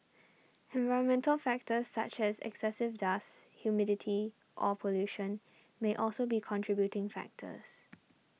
environmental factors such as excessive dust humidity or pollution may also be contributing factors